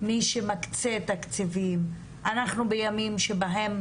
היו תלונות על